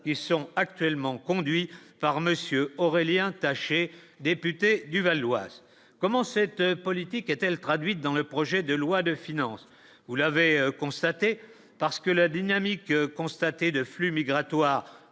ils sont actuellement conduits par monsieur Aurélien taché, député du Val Oise comment cette politique est-elle traduite dans le projet de loi de finances, vous l'avez constaté parce que la dynamique constatée de flux migratoires